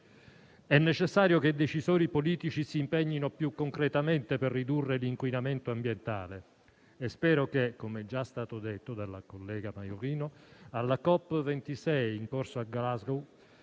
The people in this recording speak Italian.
È necessario che i decisori politici si impegnino più concretamente per ridurre l'inquinamento ambientale e spero che, come è già stato detto dalla collega Maiorino, alla Cop26 in corso a Glasgow